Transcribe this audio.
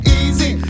easy